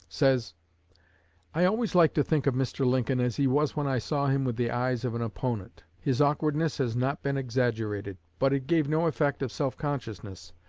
says i always like to think of mr. lincoln as he was when i saw him with the eyes of an opponent. his awkwardness has not been exaggerated, but it gave no effect of self-consciousness.